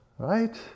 Right